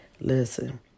Listen